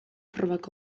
probak